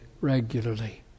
regularly